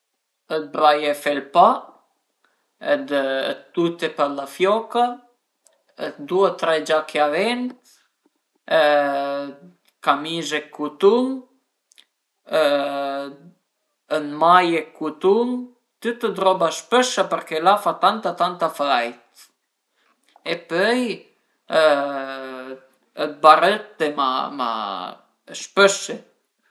vulìu dite che t'ciamu scüza, a m'dispias, vulìu pa felu e cume pös ripaghé lon che l'ai fait e cuindi t'ciamu infinitament scüza